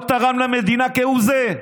לא תרם למדינה כהוא זה.